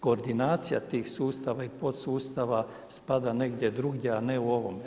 Koordinacija tih sustava i podsustava spada negdje drugdje, a ne u ovome.